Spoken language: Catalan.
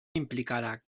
implicarà